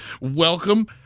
welcome